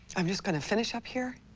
i'm just going to finish up here